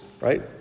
right